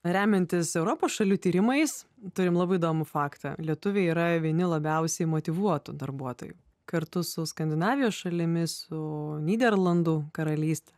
remiantis europos šalių tyrimais turim labai įdomų faktą lietuviai yra vieni labiausiai motyvuotų darbuotojų kartu su skandinavijos šalimis su nyderlandų karalyste